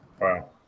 Wow